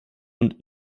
und